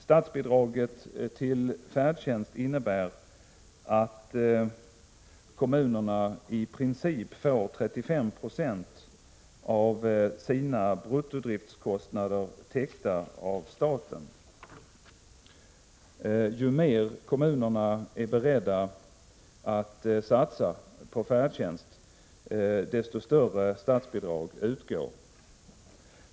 Statsbidraget till färdtjänst innebär att kommunerna i princip får 35 96 av sina bruttodriftskostnader täckta av staten. Ju mer kommunerna är beredda att satsa på färdtjänst, desto större statsbidrag utgår.